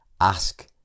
Ask